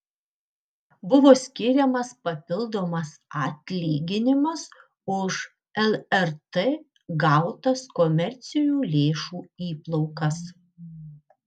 buvo skiriamas papildomas atlyginimas už lrt gautas komercinių lėšų įplaukas